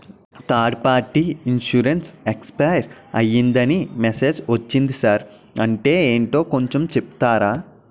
Third party insurance expire అయ్యిందని message ఒచ్చింది sir అంటే ఏంటో కొంచె చెప్తారా?